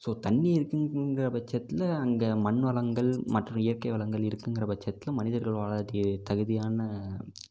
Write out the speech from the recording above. so தண்ணி இருக்குங்கிற பட்சத்தில் அங்கே மண் வளங்கள் மற்றும் இயற்கை வளங்கள் இருக்குங்கிற பட்சத்தில் மனிதர்கள் வாழறதுக்கு தகுதியான